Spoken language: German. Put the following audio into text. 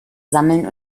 sammeln